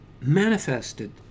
manifested